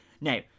Now